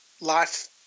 life